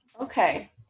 okay